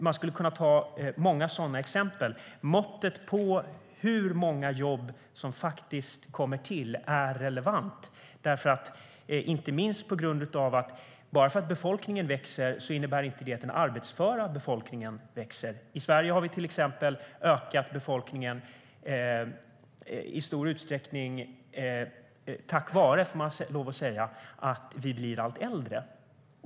Man skulle kunna ta många sådana exempel. Måttet på hur många jobb som faktiskt kommer till är relevant, inte minst på grund av att den arbetsföra befolkningen inte växer bara för att befolkningen växer. I Sverige har befolkningen till exempel ökat, i stor utsträckning tack vare - får man lov att säga - att vi blir allt äldre.